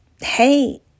hey